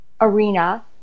arena